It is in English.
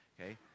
Okay